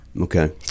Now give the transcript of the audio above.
Okay